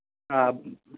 آ